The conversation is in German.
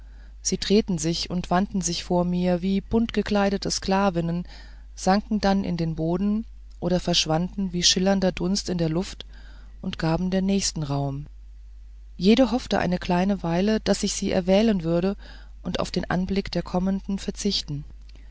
sie drehten sich und wandten sich vor mir wie buntgekleidete sklavinnen sanken dann in den boden oder verschwanden wie schillernder dunst in der luft und gaben der nächsten raum jede hoffte eine kleine weile daß ich sie erwählen würde und auf den anblick der kommenden verzichten